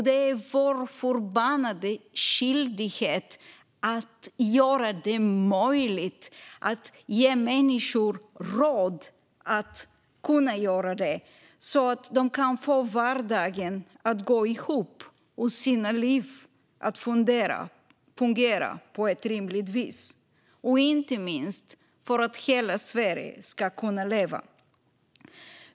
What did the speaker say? Det är vår förbannade skyldighet att göra det möjligt för människor att ha råd att göra det, så att de kan få vardagen att gå ihop och sina liv att fungera på ett rimligt vis och inte minst för att hela Sverige ska kunna leva.